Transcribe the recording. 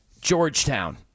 Georgetown